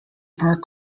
part